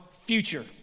future